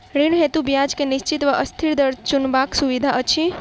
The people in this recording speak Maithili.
ऋण हेतु ब्याज केँ निश्चित वा अस्थिर दर चुनबाक सुविधा अछि